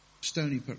stony